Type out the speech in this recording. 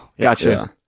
Gotcha